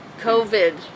COVID